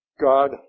God